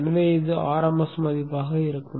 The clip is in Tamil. எனவே இது RMS மதிப்பாக இருக்கும்